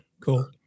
cool